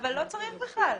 אבל לא צריך בכלל.